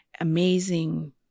amazing